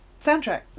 soundtrack